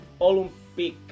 Olympic